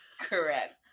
Correct